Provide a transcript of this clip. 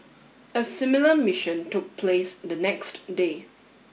a similar mission took place the next day